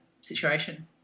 situation